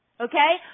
Okay